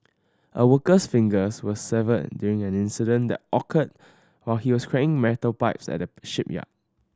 a worker's fingers were severed during an incident that occurred while he was carrying metal pipes at a shipyard